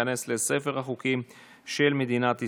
ותיכנס לספר החוקים של מדינת ישראל.